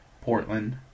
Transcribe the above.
Portland